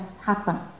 happen